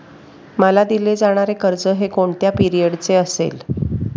मला दिले जाणारे कर्ज हे कोणत्या पिरियडचे असेल?